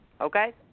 okay